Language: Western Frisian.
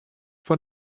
fan